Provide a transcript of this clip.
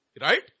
Right